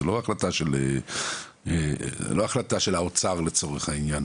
זה לא החלטה של האוצר לצורך העניין,